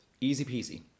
easy-peasy